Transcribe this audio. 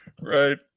Right